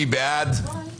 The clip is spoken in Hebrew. נצביע על